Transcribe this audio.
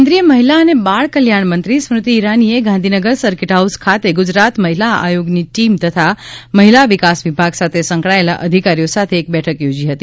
કેન્દ્રીય મહિલા અને બાળ કલ્યાણ મંત્રી સ્મૃતિ ઇરાનીએ ગાંધીનગર સર્કિટ હાઉસ ખાતે ગુજરાત મહિલા આયોગની ટીમ તથા મહિલા વિકાસ વિભાગ સાથે સંકળાયેલા અધિકારીઓ સાથે એક બેઠક યોજી હતી